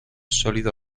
sólido